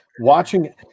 watching